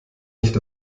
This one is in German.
nicht